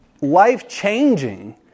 life-changing